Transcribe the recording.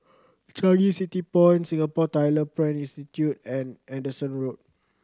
Changi City Point Singapore Tyler Print Institute and Anderson Road